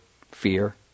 fear